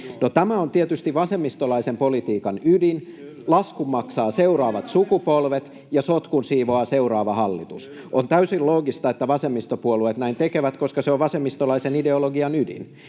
tämä on tietysti vasemmistolaisen politiikan ydin: laskun maksavat seuraavat sukupolvet, [Antti Kurvisen välihuuto] ja sotkun siivoaa seuraava hallitus. On täysin loogista, että vasemmistopuolueet näin tekevät, koska se on vasemmistolaisen ideologian ydin.